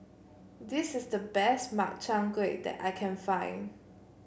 this is the best Makchang Gui that I can find